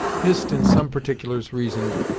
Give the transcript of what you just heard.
hist in some particulars reasoned,